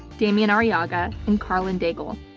damian arriaga, and karlyn daigle.